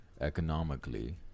economically